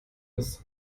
ist